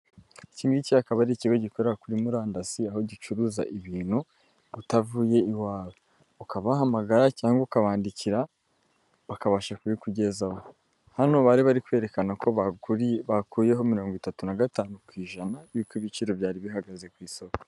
Iki ngiki akaba ari ikigo gikorera kuri murandasi aho gicuruza ibintu utavuye iwawe. Ukaba wahamagara cyangwa ukabandikira bakabasha kubikugezaho. Hano bari bari kwerekana ko bakuyeho mirongo itatu na gatanu ku ijana y'uko ibiciro byari bihagaze ku isoko.